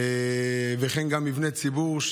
וכן גם מבני ציבור,